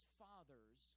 fathers